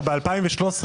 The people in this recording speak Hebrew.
ב-2013,